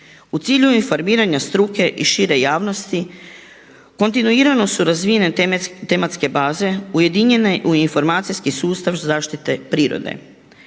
U cilju informiranja struke i šire javnosti kontinuirano su razvijene tematske baze ujedinjene u informacijski sustav zaštite prirode.